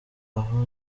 aho